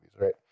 right